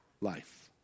life